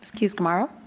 keyes-gamarra.